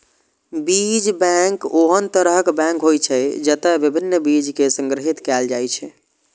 बीज बैंक ओहन तरहक बैंक होइ छै, जतय विभिन्न बीज कें संग्रहीत कैल जाइ छै